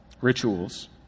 rituals